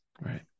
Right